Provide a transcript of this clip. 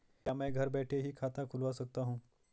क्या मैं घर बैठे ही खाता खुलवा सकता हूँ?